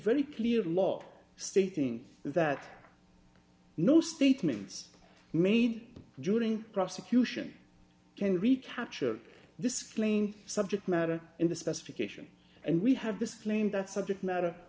very clear law stating that no statements made during prosecution can recapture this plane subject matter in the specification and we have this claim that subject matter